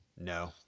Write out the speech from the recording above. No